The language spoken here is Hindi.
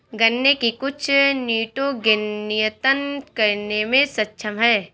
गन्ने की कुछ निटोगेन नियतन करने में सक्षम है